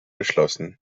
geschlossen